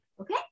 Okay